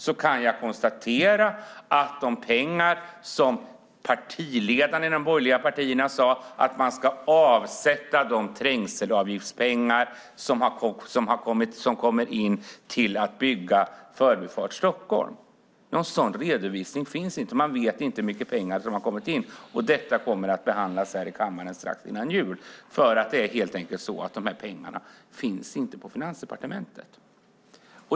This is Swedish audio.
Jag kan konstatera att det inte finns någon redovisning av de trängselavgiftspengar som har kommit in och som partiledarna i de borgerliga partierna sade att man skulle avsätta till att bygga Förbifart Stockholm. Man vet inte hur mycket pengar som har kommit in. Detta kommer att behandlas här i kammaren strax före jul. Det är helt enkelt så att dessa pengar inte finns på Finansdepartementet.